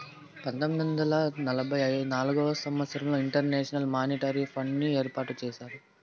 పంతొమ్మిది వందల నలభై నాల్గవ సంవచ్చరంలో ఇంటర్నేషనల్ మానిటరీ ఫండ్ని ఏర్పాటు చేసినారు